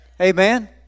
Amen